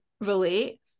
relate